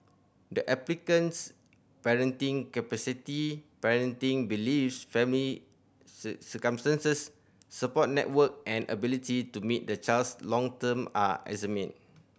the applicant's parenting capacity parenting beliefs family circumstances support network and ability to meet the child's long term are examined